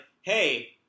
Hey